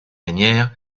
manière